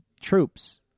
troops